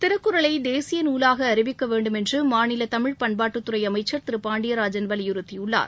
திருக்குறளை தேசிய நூலாக அறிவிக்க வேண்டும் என்று தமிழ் பண்பாட்டுத் துறை அமைச்சர் திரு பாண்டியராஜன் வலியுறுத்தியுள்ளார்